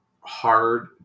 hard